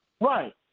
Right